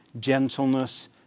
gentleness